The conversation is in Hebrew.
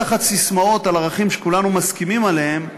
תחת ססמאות על ערכים שכולנו מסכימים עליהם,